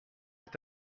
est